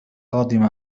قادمة